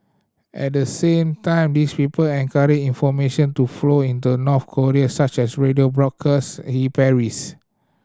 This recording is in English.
at the same time these people encourage information to flow into North Korea such as radio broadcasts he parries